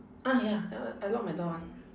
ah ya I I lock my door [one]